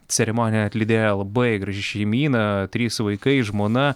ceremoniją atlydėjo labai graži šeimyna trys vaikai žmona